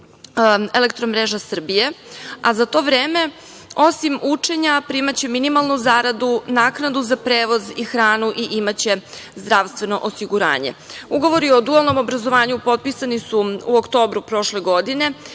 u pogonu EMS, a za to vreme osim učenja, primaće minimalnu zaradu, naknadu za prevoz i hranu i imaće zdravstveno osiguranje. Ugovori o dualnom obrazovanju potpisani su u oktobru prošle godine